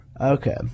Okay